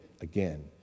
again